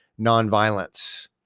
nonviolence